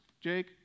Jake